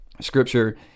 scripture